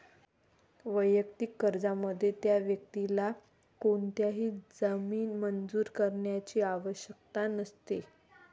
वैयक्तिक कर्जामध्ये, त्या व्यक्तीला कोणताही जामीन मंजूर करण्याची आवश्यकता नसते